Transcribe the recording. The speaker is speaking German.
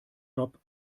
job